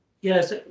Yes